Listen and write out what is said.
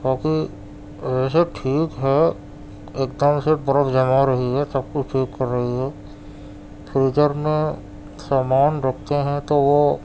باقی ویسے ٹھیک ہے ایک دم سے برف جما رہی ہے سب کچھ ٹھیک کر رہی ہے فریجر میں سامان رکھتے ہیں تو وہ